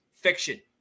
fiction